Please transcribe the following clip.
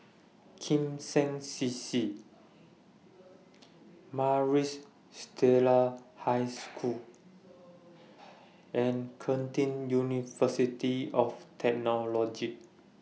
Kim Seng C C Maris Stella High School and Curtin University of Technology